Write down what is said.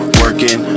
working